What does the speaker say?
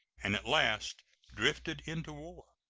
and at last drifted into war.